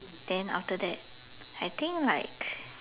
then after that I think like